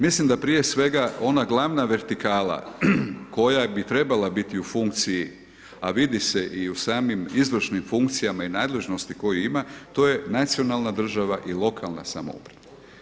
Milim da prije svega ona glavna vertikala koja bi trebala biti u funkciji, a vidi se i u samim izvršim funkcijama i nadležnosti koju ima, to je nacionalna država i lokalna samouprava.